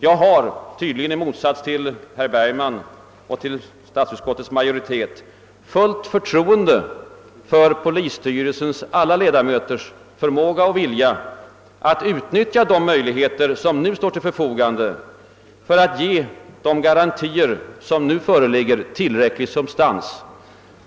Jag har — tydligen i motsats till herr Bergman och statsutskottets majoritet — fulit förtroende för polisstyrelsens alla ledamöters förmåga och vilja att utnyttja de möjligheter som man redan har när det gäller att ge nu föreliggande garantier tillräcklig substans.